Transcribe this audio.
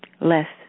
less